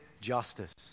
justice